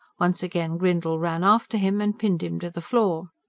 once again grindle ran after him, and pinned him to the floor.